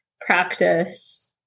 practice